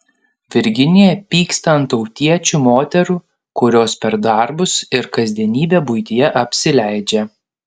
virginija pyksta ant tautiečių moterų kurios per darbus ir kasdienybę buityje apsileidžia